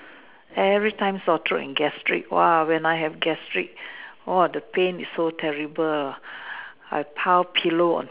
every time sore throat and gastric !wow! when I have gastric !wow! the pain is so terrible I pile pillow on